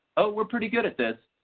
we're pretty good at this.